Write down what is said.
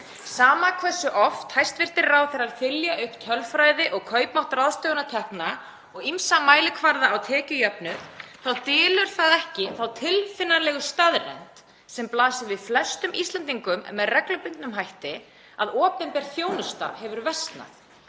Sama hversu oft hæstv. ráðherrar þylja upp tölfræði og kaupmátt ráðstöfunartekna og ýmsa mælikvarða á tekjujöfnuð þá dylur það ekki þá tilfinnanlegu staðreynd sem blasir við flestum Íslendingum með reglubundnum hætti, að opinber þjónusta hefur versnað.